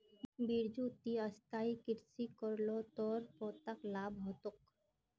बिरजू ती स्थायी कृषि कर ल तोर पोताक लाभ ह तोक